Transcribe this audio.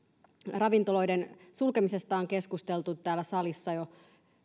ravintoloiden sulkemisesta on keskusteltu täällä salissa jo